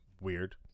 weird